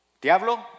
Diablo